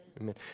Amen